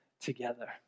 together